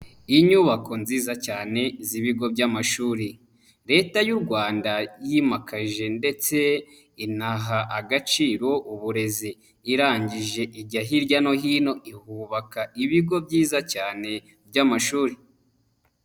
Inyubako nziza cyane z'ibigo by'amashuri. Leta y'u Rwanda yimakaje ndetse inaha agaciro uburezi. Irangije ijya hirya no hino ihubaka ibigo byiza cyane by'amashuri.